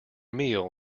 meal